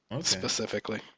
Specifically